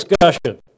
discussion